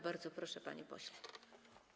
Bardzo proszę, panie pośle.